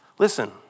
Listen